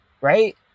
right